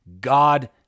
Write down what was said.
God